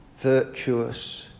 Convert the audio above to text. virtuous